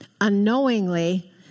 unknowingly